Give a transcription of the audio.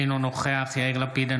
אינו נוכח יאיר לפיד,